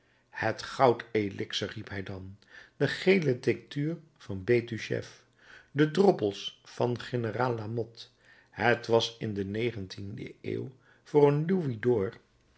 het goud elixer riep hij dan de gele tinctuur van bestuchef de droppels van generaal lamotte het was in de negentiende eeuw voor een